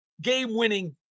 game-winning